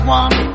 one